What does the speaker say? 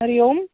हरिः ओं